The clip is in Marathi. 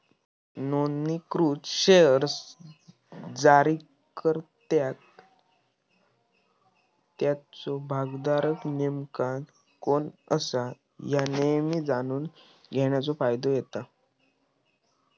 नोंदणीकृत शेअर्स जारीकर्त्याक त्याचो भागधारक नेमका कोण असा ह्या नेहमी जाणून घेण्याचो फायदा देता